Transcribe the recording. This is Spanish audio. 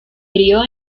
crió